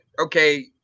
okay